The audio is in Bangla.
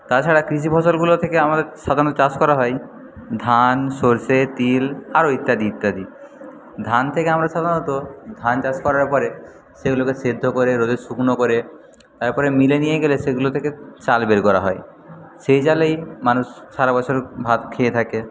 তাছাড়া কৃষি ফসলগুলো থেকে আমাদের সাধারণত চাষ করা হয় ধান সরষে তিল আরও ইত্যাদি ইত্যাদি ধান থেকে আমরা সাধারণত ধান চাষ করার পরে সেগুলোকে সেদ্ধ করে রোদে শুকনো করে তারপরে মিলে নিয়ে গেলে সেগুলো থেকে চাল বের করা হয় সেই চালেই মানুষ সারা বছর ভাত খেয়ে থাকে